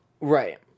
Right